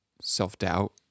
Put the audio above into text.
self-doubt